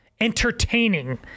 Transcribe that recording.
entertaining